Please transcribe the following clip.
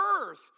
earth